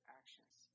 actions